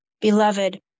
Beloved